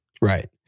Right